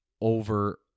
over